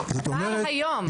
כבר היום.